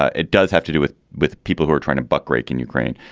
ah it does have to do with with people who are trying to buck break in ukraine.